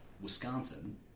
Wisconsin